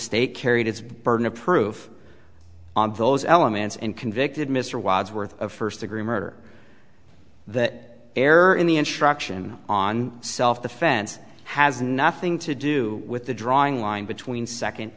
state carried its burden of proof on those elements and convicted mr wadsworth of first degree murder that error in the instruction on self defense has nothing to do with the drawing line between second